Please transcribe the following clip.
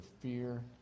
fear